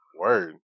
Word